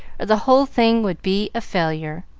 or the whole thing would be a failure.